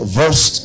verse